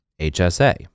HSA